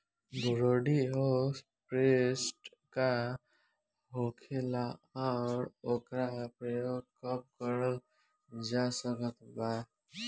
Bordeaux paste का होखेला और ओकर प्रयोग कब करल जा सकत बा?